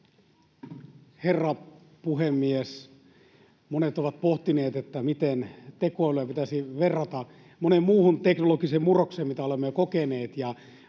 Herra puhemies! Monet ovat pohtineet, miten tekoälyä pitäisi verrata moneen muuhun teknologiseen murrokseen, mitä olemme jo kokeneet,